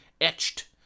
etched